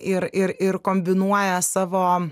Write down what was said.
ir ir ir kombinuoja savo